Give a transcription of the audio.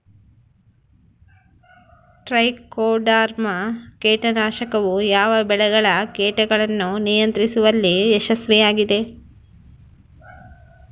Trichoderma ಕೇಟನಾಶಕವು ಯಾವ ಬೆಳೆಗಳ ಕೇಟಗಳನ್ನು ನಿಯಂತ್ರಿಸುವಲ್ಲಿ ಯಶಸ್ವಿಯಾಗಿದೆ?